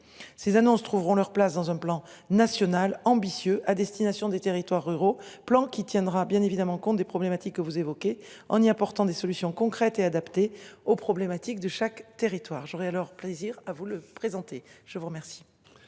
ces annonces trouveront leur place dans un plan national ambitieux à destination des territoires ruraux, plan qui tiendra bien évidemment compte des problématiques que vous évoquez en y apportant des solutions concrètes et adaptées aux problématiques de chaque territoire. J'aurais à leur plaisir à vous le présenter, je vous remercie.